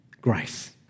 grace